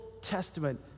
Testament